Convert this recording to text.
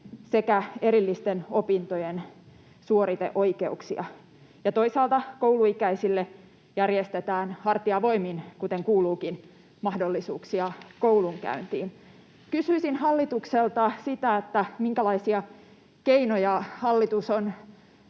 sekä erillisten opintojen suoriteoikeuksia, ja toisaalta kouluikäisille järjestetään hartiavoimin, kuten kuuluukin, mahdollisuuksia koulunkäyntiin. Kysyisin hallitukselta: minkälaisia keinoja hallitus on